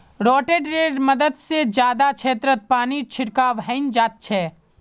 रोटेटरैर मदद से जादा क्षेत्रत पानीर छिड़काव हैंय जाच्छे